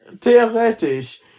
Theoretisch